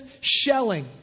shelling